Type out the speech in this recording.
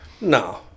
No